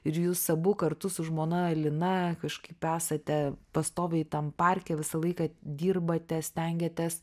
ir jūs abu kartu su žmona lina kažkaip esate pastoviai tam parke visą laiką dirbate stengiatės